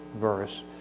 verse